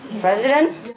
president